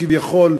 כביכול,